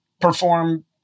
perform